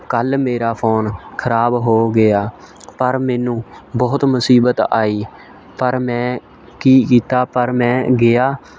ਕੱਲ੍ਹ ਮੇਰਾ ਫ਼ੋਨ ਖਰਾਬ ਹੋ ਗਿਆ ਪਰ ਮੈਨੂੰ ਬਹੁਤ ਮੁਸੀਬਤ ਆਈ ਪਰ ਮੈਂ ਕੀ ਕੀਤਾ ਪਰ ਮੈਂ ਗਿਆ